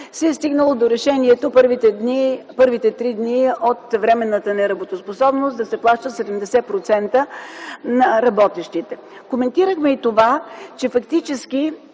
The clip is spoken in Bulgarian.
се е стигнало до решението в първите три дни от временната неработоспособност да се плаща 70% на работещите. Коментирахме и това, че фактически